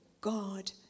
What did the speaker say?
God